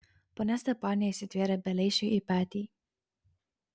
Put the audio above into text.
ponia stepanija įsitvėrė beleišiui į petį